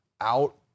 out